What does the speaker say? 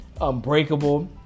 Unbreakable